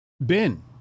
ben